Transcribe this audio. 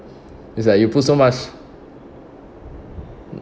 it's like you put so much